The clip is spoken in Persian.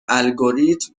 الگوریتم